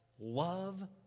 Love